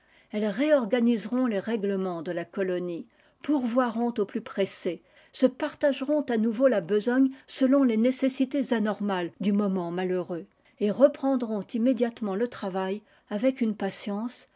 elles réorganiseront les règlements de la colonie pourvoiront au plus pressé se partageront à nouveau la besogne selon les nécessités anormales du moment malheureux et reprendront immédiatement le travail avec une patience